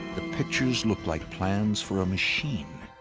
the pictures look like plans for a machine,